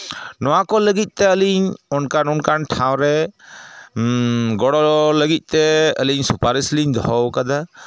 ᱱᱚᱣᱟ ᱠᱚ ᱞᱟᱹᱜᱤᱫ ᱛᱮ ᱟᱹᱞᱤᱧ ᱚᱱᱠᱟᱱ ᱚᱱᱠᱟᱱ ᱴᱷᱟᱶᱨᱮ ᱜᱚᱲᱚ ᱞᱟᱹᱜᱤᱫ ᱛᱮ ᱟᱹᱞᱤᱧ ᱥᱩᱯᱟᱨᱤᱥᱞᱤᱧ ᱫᱚᱦᱚ ᱠᱟᱫᱟ